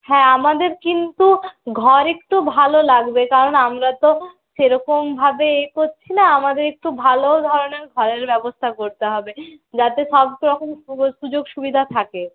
হ্যাঁ আমাদের কিন্তু ঘর একটু ভালো লাগবে কারণ আমরা তো সেরকমভাবে এ করছি না আমাদের একটু ভালো ধরনের ঘরের ব্যবস্থা করতে হবে যাতে সবরকম সুযোগ সুযোগ সুবিধা থাকে